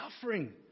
suffering